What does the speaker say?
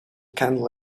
candle